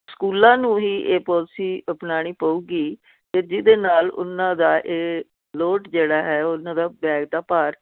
ਸਕੂਲਾਂ ਨੂੰ ਵੀ ਇਹ ਪੋਲਸੀ ਅਪਣਾਉਣੀ ਪਊਗੀ ਅਤੇ ਜਿਹਦੇ ਨਾਲ ਉਹਨਾਂ ਦਾ ਇਹ ਲੋਟ ਜਿਹੜਾ ਹੈ ਉਹਨਾਂ ਦਾ ਬੈਗ ਦਾ ਭਾਰ